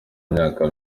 myaka